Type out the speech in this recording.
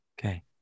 okay